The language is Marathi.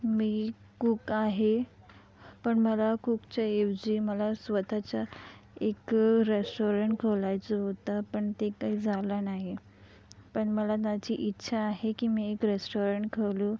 मी कुक आहे पण मला कुकच्या ऐवजी मला स्वतःचं एक रेस्टॉरंट खोलायचं होतं पण ते काही झालं नाही पण मला माझी इच्छा आहे की मी एक रेस्टॉरंट खोलू